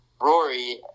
Rory